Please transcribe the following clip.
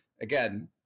Again